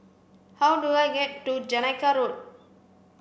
how do I get to Jamaica Road